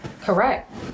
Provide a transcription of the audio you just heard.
Correct